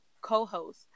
co-host